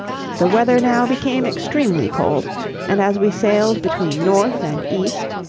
the weather now became extremely cold and as we sailed between north and east,